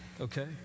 okay